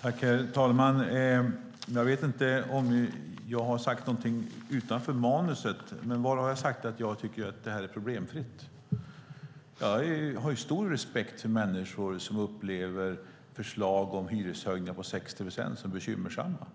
Herr talman! Jag vet inte om jag har sagt något utanför manus, men när har jag sagt att det här är problemfritt? Jag har stor respekt för människor som upplever förslag om hyreshöjningar på 60 procent som bekymmersamma.